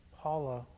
Paula